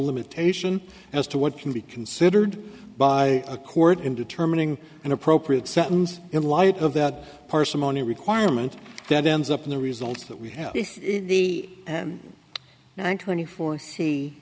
limitation as to what can be considered by a court in determining an appropriate sentence in light of that parsimony requirement that ends up in the results that we have in the now twenty four